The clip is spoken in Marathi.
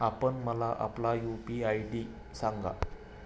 आपण मला आपला यू.पी.आय आय.डी सांगा